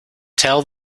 tell